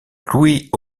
louis